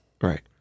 Right